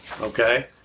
okay